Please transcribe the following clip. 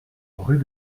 rue